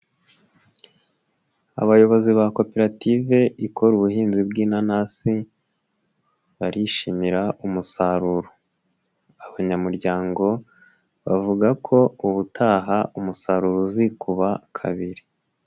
Abayobozi ba koperative ikora ubuhinzi bw'inanasi barishimira umusaruro, abanyamuryango bavuga ko ubutaha umusaruro uzikuba kabiri.